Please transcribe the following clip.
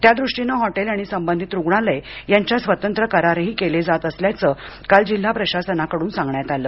त्याद्रष्टीनं hotel आणि संबंधित रुग्णालय यांच्यात स्वतंत्र करारही केले जात असल्याचं काल जिल्हा प्रशासनाकडून सांगण्यात आलं